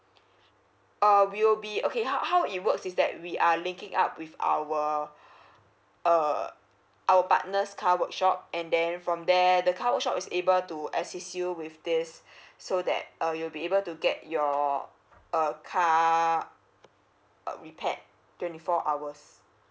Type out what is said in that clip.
uh we will be okay how how it works is that we are linking up with our err our partners car workshop and then from there the car workshop is able to assist you with this so that uh you will be able to get your uh car uh repaired twenty four hours